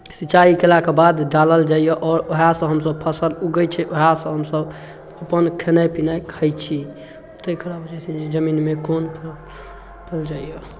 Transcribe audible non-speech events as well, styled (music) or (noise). सिंचाइ केलाके बाद डालल जाइए आओर उएहसँ हमसभ फसल उगै छै उएहसँ हमसभ अपन खेनाइ पिनाइ खाइत छी तकरा बाद छै जे जमीनमे कोन (unintelligible) रोपल जाइए